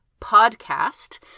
PODCAST